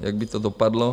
Jak by to dopadlo?